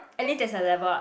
at least there's a level up